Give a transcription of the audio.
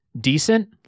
decent